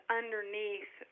underneath